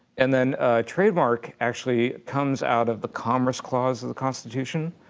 and then a trademark actually comes out of the commerce clause of the constitution.